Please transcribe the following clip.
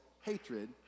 hatred